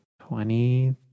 twenty